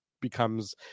becomes